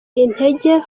intege